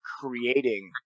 creating